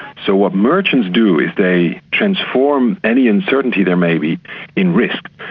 so what merchants do is they transform any uncertainty there may be in risk,